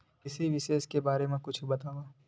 कृषि विशेषज्ञ के बारे मा कुछु बतावव?